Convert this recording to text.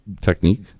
Technique